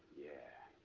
yeah.